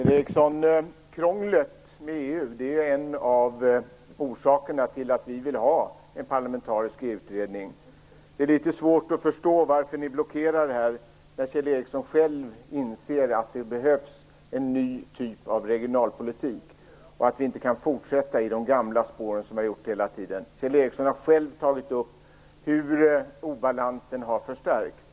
Herr talman! Krånglet med EU, Kjell Ericsson, är en av orsakerna till att vi vill ha en parlamentarisk utredning. Det är litet svårt att förstå varför ni blockerar detta, när Kjell Ericsson själv inser att det behövs en ny typ av regionalpolitik och att vi inte kan fortsätta i de gamla spåren, som vi har gjort hela tiden. Kjell Ericsson har själv tagit upp hur obalansen har förstärkts.